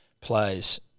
plays